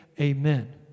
amen